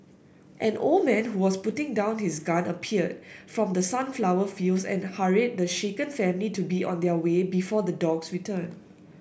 an old man who was putting down his gun appeared from the sunflower fields and hurried the shaken family to be on their way before the dogs return